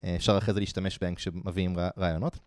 אפשר אחרי זה להשתמש בהם כשמביאים רעיונות.